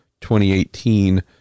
2018